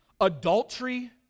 adultery